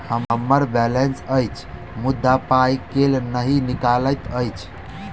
हम्मर बैलेंस अछि मुदा पाई केल नहि निकलैत अछि?